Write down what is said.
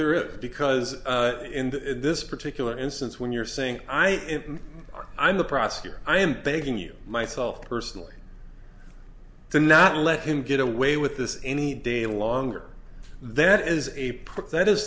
there is because in this particular instance when you're saying i i'm the prosecutor i am begging you myself personally to not let him get away with this any day longer that is a prick that is